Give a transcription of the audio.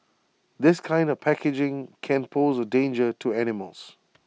this kind of packaging can pose A danger to animals